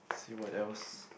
see what else